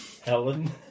Helen